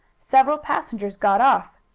several passengers got off.